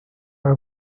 have